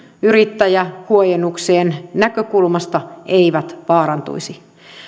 yrittäjähuojennuksien näkökulmasta eivät vaarantuisi